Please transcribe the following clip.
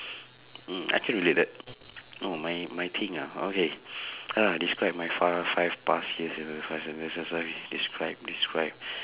I can relate that mm my my thing ah okay describe my five five past years in under five sentences right describe describe